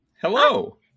Hello